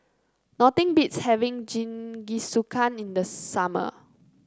nothing beats having Jingisukan in the summer